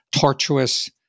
tortuous